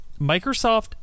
microsoft